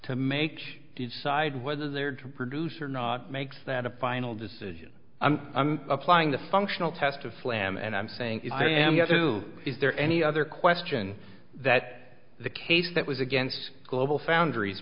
to make decide whether they're to produce or not makes that a final decision i'm applying the functional test of slam and i'm saying if you have to is there any other question that the case that was against globalfoundries